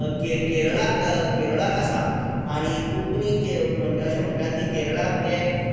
K के केरळाक केरळाक आसा आनी कोंकणी म्हण अशें म्हणटा की कोंकणी केरळाक ते